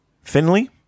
Finley